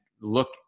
look